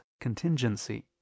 contingency